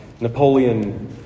Napoleon